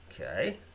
Okay